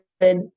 good